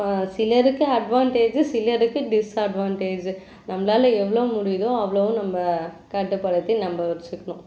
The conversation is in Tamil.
சிலருக்கு அட்வான்டேஜ்ஜு சிலருக்கு டிஸ்அட்வான்டேஜ்ஜு நம்மளால் எவ்வளோ முடியுதோ அவ்வளோவும் நம்ம கட்டுப்படுத்தி நம்ம வச்சுக்குணும்